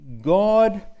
God